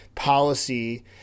policy